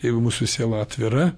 jeigu mūsų siela atvira